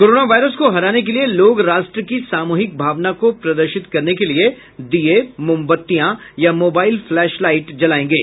coronavirus को हराने के लिए लोग राष्ट्र की सामूहिक भावना को प्रदर्शित करने के लिए दीये मोमबत्तियाँ या मोबाइल फ्लैश लाइट जलाएंगे